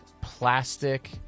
plastic